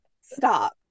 Stop